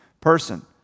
person